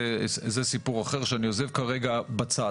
זה סיפור אחר שאני עוזב כרגע בצד.